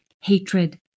hatred